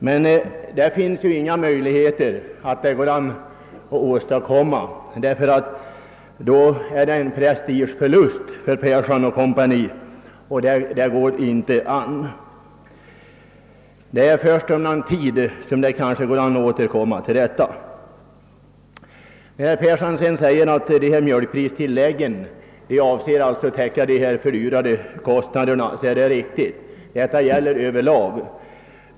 Men det finns inga möjligheter för dem att göra någonting sådant, eftersom det skulle innebära en prestigeförlust. Först efter någon tid går det an att återkomma till saken. Herr Persson säger att mjölkpristill lägget avser att täcka fördyringarna, och det är riktigt. Detta gäller över lag.